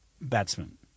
batsman